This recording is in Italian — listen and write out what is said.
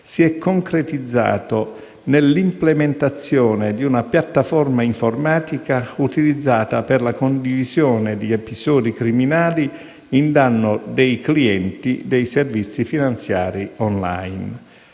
si è concretizzato nell'implementazione di una piattaforma informatica utilizzata per la condivisione di episodi criminali in danno dei clienti di servizi finanziari *on line*.